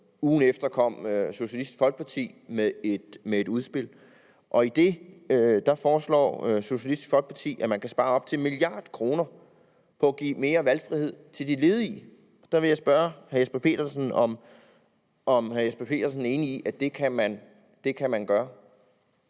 ugen efter kom Socialistisk Folkeparti med et udspil. I det foreslår Socialistisk Folkeparti at spare op til 1 mia. kr. på at give mere valgfrihed til de ledige. Der vil jeg spørge hr. Jesper Petersen, om hr. Jesper Petersen er enig i, at man kan gøre